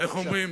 איך אומרים,